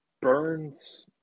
Burns